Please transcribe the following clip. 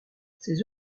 ses